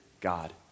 God